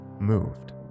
moved